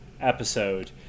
episode